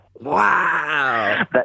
Wow